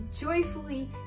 joyfully